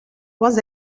was